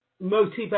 Motivate